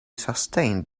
sustained